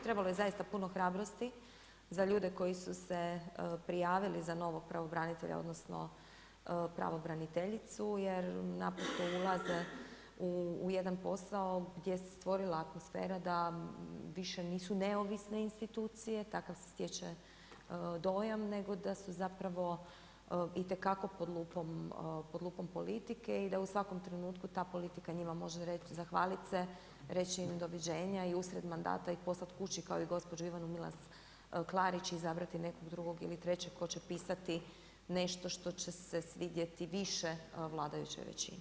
Trebalo je zaista puno hrabrosti za ljude koji su se prijavili za novog pravobranitelja, odnosno pravobraniteljicu jer naprosto ulaze u jedan posao gdje se stvorila atmosfera da više nisu neovisne institucije, takav se stječe dojam, nego da su zapravo itekako pod lupom politike i da u svakom trenutku ta politika njima može reći, zahvaliti se, reći im doviđenja i usred mandata ih poslati kući kao i gospođu Ivanu Milas Klarić i izabrati nekog drugog ili trećeg tko će pisati nešto što će se svidjeti više vladajućoj većini.